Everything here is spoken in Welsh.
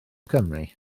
cymru